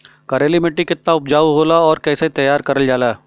करेली माटी कितना उपजाऊ होला और कैसे तैयार करल जाला?